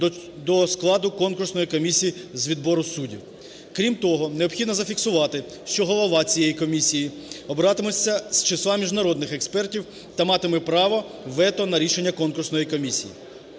до складу конкурсної комісії з відбору суддів. Крім того, необхідно зафіксувати, що голова цієї комісії обиратиметься з числа міжнародних експертів та матиме право вето на рішення конкурсної комісії.